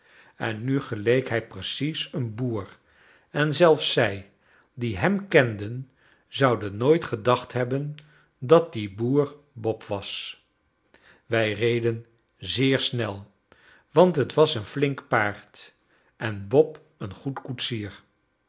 en nu geleek hij precies een boer en zelfs zij die hem kenden zouden nooit gedacht hebben dat die boer bob was wij reden zeer snel want het was een flink paard en bob een goed koetsier